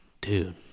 dude